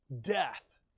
death